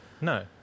No